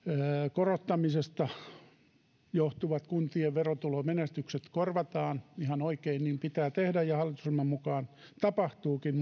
korottamisesta johtuvat kuntien verotulomenetykset korvataan ihan oikein niin pitää tehdä ja hallitusryhmän mukaan tapahtuukin